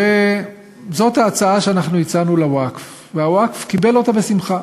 זאת ההצעה שהצענו לווקף, והווקף קיבל אותה בשמחה.